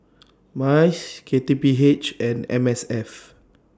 Mice K T P H and M S F